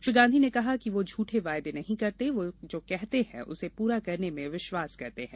श्री गांधी ने कहा कि वह झूठे वायदे नहीं करते वह जो कहते हैं उसे प्ररा करने में विश्वास करते हैं